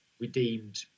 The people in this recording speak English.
redeemed